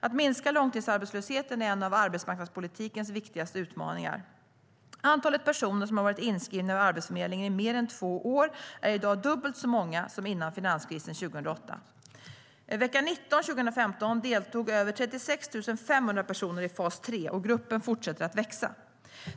Att minska långtidsarbetslösheten är en av arbetsmarknadspolitikens viktigaste utmaningar. Antalet personer som har varit inskrivna vid Arbetsförmedlingen i mer än två år är i dag dubbelt så många som före finanskrisen 2008. Vecka 19 år 2015 deltog över 36 500 personer i fas 3, och gruppen fortsätter att växa.